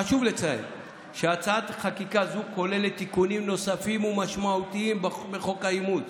חשוב לציין שהצעת חקיקה זו כוללת תיקונים נוספים ומשמעותיים בחוק האימוץ